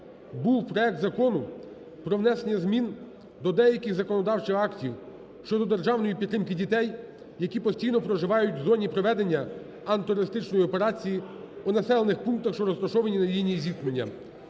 був проект Закону про внесення змін до деяких законодавчих актів щодо державної підтримки дітей, які постійно проживають в зоні проведення антитерористичної операції у населених пунктах, що розташовані на лінії зіткнення.